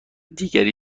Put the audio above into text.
دیگری